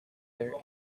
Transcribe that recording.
their